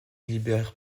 libère